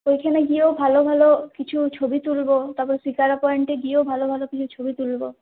ওইখানে গিয়েও ভালো ভালো কিছু ছবি তুলব তারপরে শিকারা পয়েন্টে গিয়েও ভালো ভালো কিছু ছবি তুলব